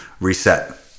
reset